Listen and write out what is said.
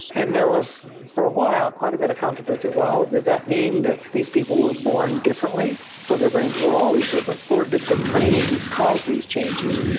and there was for a while quite a bit of controversy, well, does that mean that these people were born differently so their brains were always different? or did the training cause these changes?